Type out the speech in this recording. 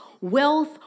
wealth